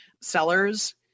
Sellers